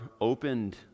opened